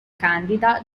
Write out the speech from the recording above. candida